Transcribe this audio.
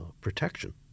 protection